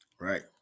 right